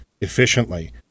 efficiently